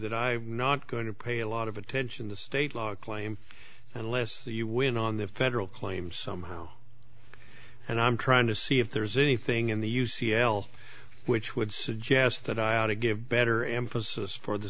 that i am not going to pay a lot of attention to state law claim unless you win on the federal claim somehow and i'm trying to see if there's anything in the u c l which would suggest that i ought to give better emphasis for the